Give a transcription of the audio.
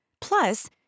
Plus